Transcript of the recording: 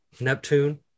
neptune